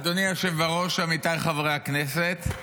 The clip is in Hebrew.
אדוני היושב בראש, עמיתיי חברי הכנסת,